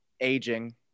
aging